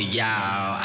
y'all